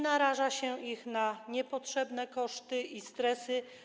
Naraża się ich na niepotrzebne koszty i stresy.